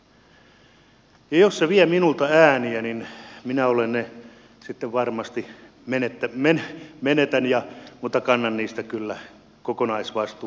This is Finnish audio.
ja jos se vie minulta ääniä niin minä ne sitten menetän mutta kannan siitä kyllä kokonaisvastuun